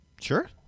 sure